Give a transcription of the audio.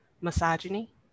misogyny